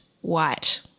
white